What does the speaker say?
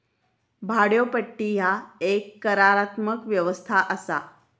भाड्योपट्टी ह्या एक करारात्मक व्यवस्था असा